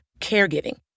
caregiving